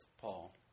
Paul